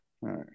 right